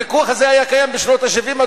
הפיקוח הזה היה קיים בשנות ה-70,